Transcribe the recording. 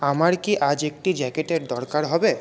আমার কি আজ একটি জ্যাকেটের দরকার হবে